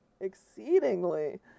exceedingly